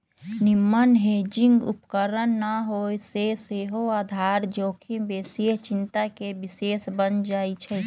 निम्मन हेजिंग उपकरण न होय से सेहो आधार जोखिम बेशीये चिंता के विषय बन जाइ छइ